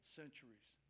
centuries